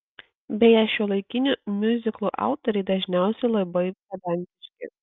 beje šiuolaikinių miuziklų autoriai dažniausiai labai pedantiški